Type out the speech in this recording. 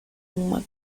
uma